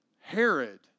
Herod